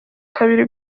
kabiri